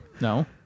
No